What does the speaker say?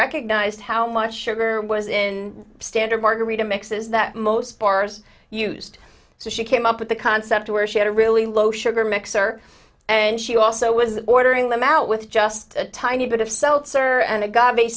recognized how much sugar was in standard margarita mixes that most bars used so she came up with the concept where she had a really low sugar mixer and she also was ordering them out with just a tiny bit of seltzer and it go